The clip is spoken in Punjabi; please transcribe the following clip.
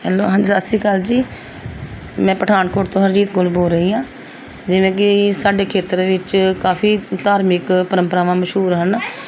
ਹੈਲੋ ਹਾਂਜੀ ਸਤਿ ਸ਼੍ਰੀ ਅਕਾਲ ਜੀ ਮੈਂ ਪਠਾਨਕੋਟ ਤੋਂ ਹਰਜੀਤ ਕੌਰ ਬੋਲ ਰਹੀ ਹਾਂ ਜਿਵੇਂ ਕਿ ਸਾਡੇ ਖੇਤਰ ਵਿੱਚ ਕਾਫੀ ਧਾਰਮਿਕ ਪਰੰਪਰਾਵਾਂ ਮਸ਼ਹੂਰ ਹਨ